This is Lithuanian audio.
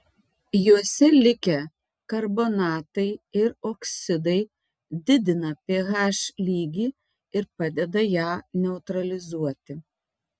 juose likę karbonatai ir oksidai didina ph lygį ir padeda ją neutralizuoti